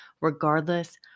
regardless